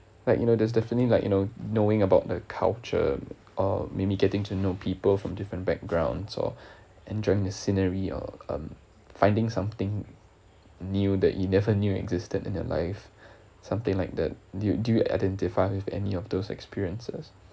like you know there's definitely like you know knowing about their culture or maybe getting to know people from different backgrounds or enjoying the scenery or I'm finding something new that you never knew existed in their life something like that do you do you identify with any of those experiences